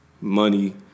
Money